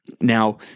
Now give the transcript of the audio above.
Now